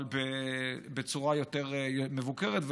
אבל בצורה יותר מבוקרת,